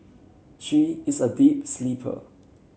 she is a deep sleeper